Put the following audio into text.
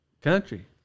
Country